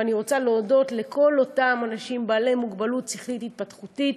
ואני רוצה להודות לכל אנשים בעלי המוגבלות השכלית-התפתחותית.